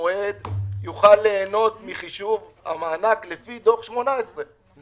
במועד יוכל ליהנות מחישוב המענק לפי דוח 18'. אני